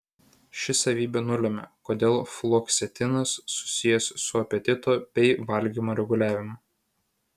ši savybė nulemia kodėl fluoksetinas susijęs su apetito bei valgymo reguliavimu